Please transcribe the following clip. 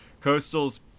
Coastal's